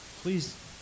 Please